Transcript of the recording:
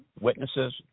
witnesses